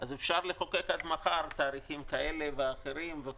אז אפשר לחוקק עד מחר תאריכים כאלה ואחרים.